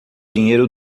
dinheiro